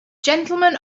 gentlemen